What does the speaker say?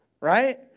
right